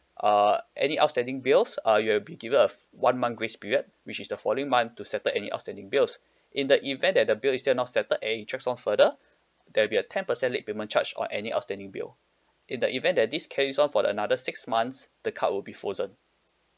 uh any outstanding bills uh you will be given a one month grace period which is the following month to settle any outstanding bills in the event that the bill is still not settled and it drags on further there'll be a ten percent late payment charge on any outstanding bill in the event that this carries on for another six months the card will be frozen